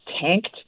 tanked